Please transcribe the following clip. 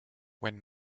when